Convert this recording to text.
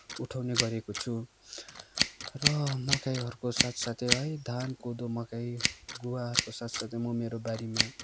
उठाउने गरेको छु र मकैहरूको साथ साथै है धान कोदो मकै गुवाहरूको साथ साथै म मेरो बारीमा